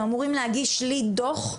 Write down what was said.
אמורים להגיש לי דוח,